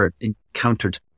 encountered